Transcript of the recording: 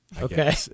Okay